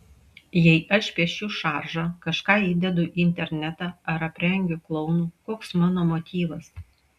jei aš piešiu šaržą kažką įdedu į internetą ar aprengiu klounu koks mano motyvas